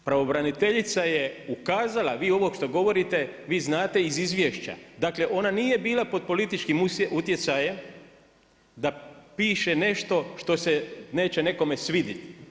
Pravobraniteljica je ukazala, vi ovo što govorite, vi znate iz izvješća, dakle, ona nije bila pod političkim utjecajem, da piše nešto što se neće nekome svidjeti.